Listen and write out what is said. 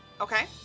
Okay